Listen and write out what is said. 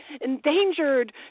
endangered